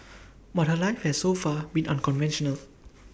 but her life has so far been unconventional